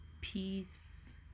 peace